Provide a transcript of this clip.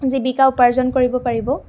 জীৱিকা উপাৰ্জন কৰিব পাৰিব